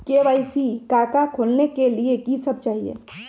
KYC का का खोलने के लिए कि सब चाहिए?